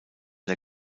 der